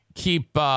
Keep